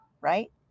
right